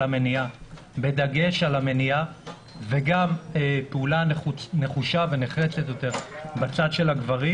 המניעה וגם פעולה נחושה ונחרצת יותר בצד של הגברים